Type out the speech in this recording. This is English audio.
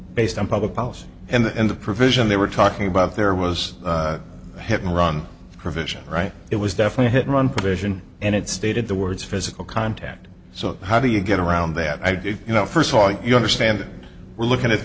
based on public policy and the provision they were talking about there was a hit and run provision right it was definite run provision and it stated the words physical contact so how do you get around that i do you know first of all you understand we're looking at